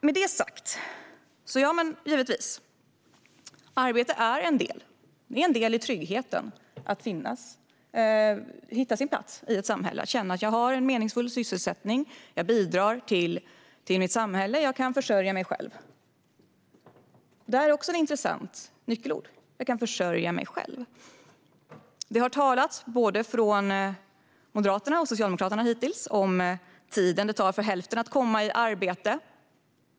Arbete är givetvis en del i tryggheten när man känner att man har hittat sin plats i samhället, att man har en meningsfull sysselsättning och att man bidrar till samhället och kan försörja sig själv. Att man kan försörja sig själv är också intressanta nyckelord. Både Moderaterna och Socialdemokraterna har talat om den tid som det tar för hälften att komma i arbete.